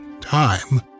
time